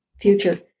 future